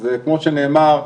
כמו שנאמר,